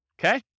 okay